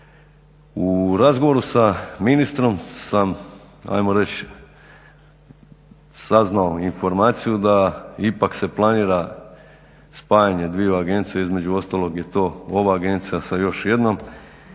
U razgovoru sa ministrom sam hajmo reći saznao informaciju da ipak se planira dvaju agencija, između ostalog je to ova Agencija sa još jednom.